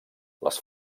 les